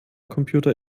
computer